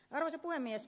arvoisa puhemies